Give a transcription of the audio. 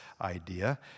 idea